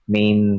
Main